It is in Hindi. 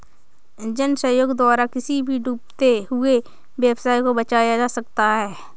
जन सहयोग द्वारा किसी भी डूबते हुए व्यवसाय को बचाया जा सकता है